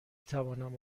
توانم